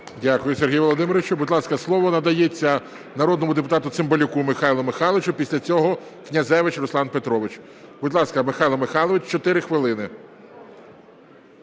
Дякую, Сергій Володимирович. Будь ласка, слово надається народному депутату Цимбалюку Михайлу Михайловичу. Після цього – Князевич Руслан Петрович. Будь ласка, Михайло Михайлович, чотири хвилини.